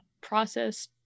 Process